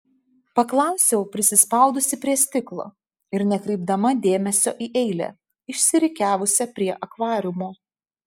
paklausiau prisispaudusi prie stiklo ir nekreipdama dėmesio į eilę išsirikiavusią prie akvariumo